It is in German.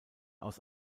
aus